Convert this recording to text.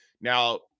Now